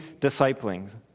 disciples